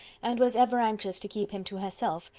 and was ever anxious to keep him to herself,